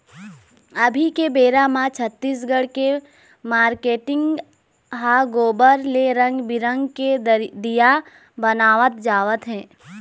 अभी के बेरा म छत्तीसगढ़ के मारकेटिंग ह गोबर ले रंग बिंरग के दीया बनवात जावत हे